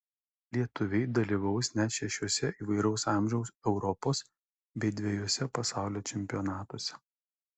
lietuviai dalyvaus net šešiuose įvairaus amžiaus europos bei dvejuose pasaulio čempionatuose